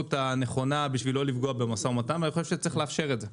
ובזהירות הנכונה בשביל לא לפגוע במשא ומתן ואני חושב שצריך לאפשר את זה.